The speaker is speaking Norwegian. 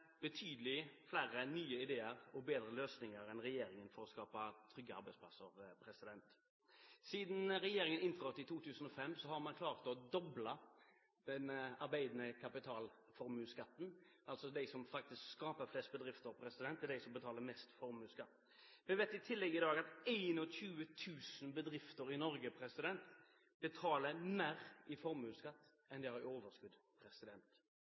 betydelig flere nye ideer og bedre løsninger for å skape trygge arbeidsplasser enn regjeringen. Siden regjeringen tiltrådte i 2005, har man klart å doble den arbeidende kapitalformuesskatten – de som faktisk skaper flest bedrifter, er de som betaler mest formuesskatt. Vi vet i tillegg i dag at 21 000 bedrifter i Norge betaler mer i formuesskatt enn de har i overskudd.